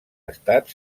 estat